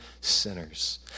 sinners